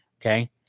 Okay